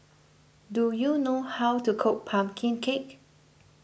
do you know how to cook Pumpkin Cake